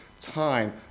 time